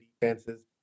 defenses